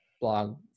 blog